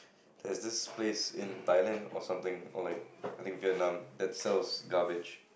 there's this place in Thailand or something or like I think Vietnam that sell garbage